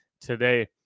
today